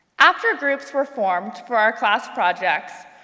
after groups were formed for our class projects,